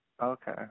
Okay